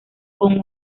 con